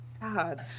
God